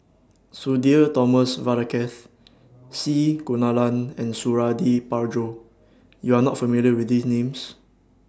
Sudhir Thomas Vadaketh C Kunalan and Suradi Parjo YOU Are not familiar with These Names